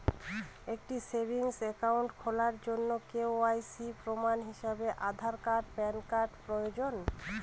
একটি savings account খোলার জন্য কে.ওয়াই.সি প্রমাণ হিসাবে আধার এবং প্যান কার্ড প্রয়োজন